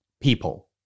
People